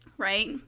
Right